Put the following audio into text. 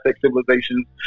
civilizations